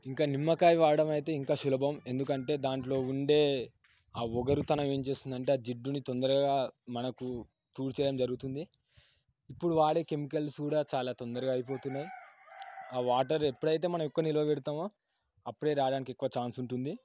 ఇంకా నిమ్మకాయ వాడటం అయితే ఇంకా సులభం ఎందుకంటే దాంట్లో ఉండే ఆ ఒగరుతనం ఏం చేస్తుంది అంటే ఆ జిడ్డుని తొందరగా మనకు తూడిచేయడం జరుగుతుంది ఇప్పుడు వాడే కెమికల్స్ కూడా చాలా తొందరగా అయిపోతున్నాయి ఆ వాటర్ ఎప్పుడైతే మనం ఎక్కువ నిలవ పెడతామో అప్పుడే రావడానికి ఎక్కువ చాన్స్ ఉంటుంది